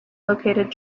located